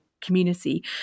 community